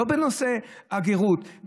לא בנושא הגרות,